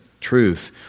truth